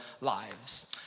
lives